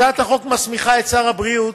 הצעת החוק מסמיכה את שר הבריאות